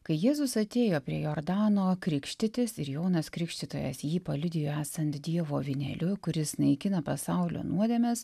kai jėzus atėjo prie jordano krikštytis ir jonas krikštytojas jį paliudijo esant dievo avinėliu kuris naikina pasaulio nuodėmes